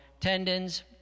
tendons